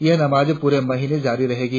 यह नमाज पूरे महीने जारी रहेगी